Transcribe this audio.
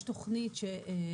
יש תכנית שהיא